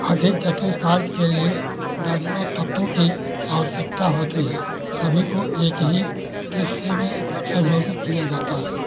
अधिक जटिल कार्य के लिए दर्जनों तत्वों की आवश्यकता होती है सभी को एक ही दृश्य में संयोजित किया जाता है